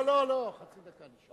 לא לא, חצי דקה נשארה לך.